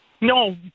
no